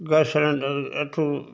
gas cylinder एक ठो